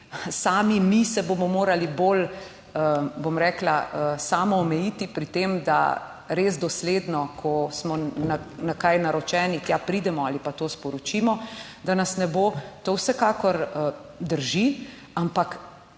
sami mi se bomo morali bolj, bom rekla, samo omejiti pri tem, da res dosledno, ko smo na kaj naročeni, tja pridemo ali pa to sporočimo, da nas ne bo, to vsekakor drži, ampak